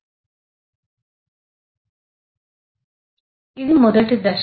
సమయం 1839 స్లైడ్ చూడండి ఇది మొదటి దశ